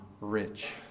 rich